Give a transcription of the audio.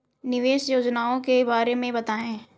निवेश योजनाओं के बारे में बताएँ?